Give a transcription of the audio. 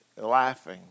laughing